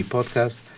Podcast